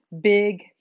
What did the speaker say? big